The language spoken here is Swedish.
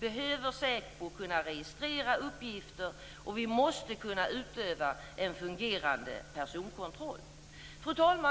behöver SÄPO kunna registrera uppgifter, och vi måste kunna utöva en fungerande personkontroll. Fru talman!